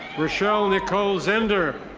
rachel nicole zender.